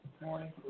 morning